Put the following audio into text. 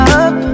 up